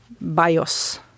BIOS